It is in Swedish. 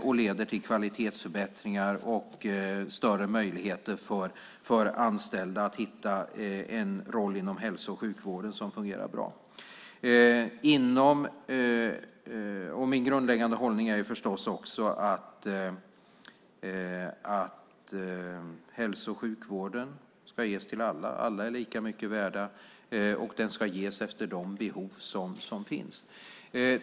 Det leder till kvalitetsförbättringar och större möjligheter för anställda att hitta en roll inom hälso och sjukvården som fungerar bra. Min grundläggande hållning är förstås också att hälso och sjukvården ska ges till alla. Alla är lika mycket värda, och vård ska ges efter de behov som finns.